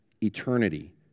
eternity